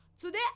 Today